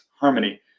harmony